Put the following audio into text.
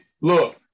Look